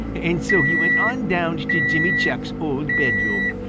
and so he went on down to jimmy chuck's old bedroom,